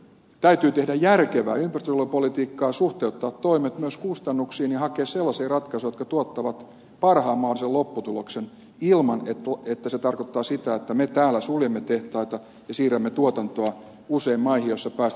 täytyy tehdä järkevää ympäristönsuojelupolitiikkaa suhteuttaa toimet myös kustannuksiin ja hakea sellaisia ratkaisuja jotka tuottavat parhaan mahdollisen lopputuloksen ilman että se tarkoittaa sitä että me täällä suljemme tehtaita ja siirrämme tuotantoa usein maihin joissa päästöt ovat suurempia